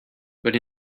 but